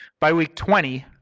by week twenty,